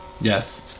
yes